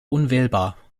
unwählbar